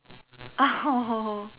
oh